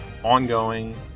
ongoing